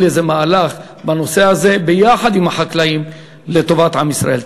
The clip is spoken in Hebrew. איזה מהלך בנושא הזה ביחד עם החקלאים לטובת עם ישראל.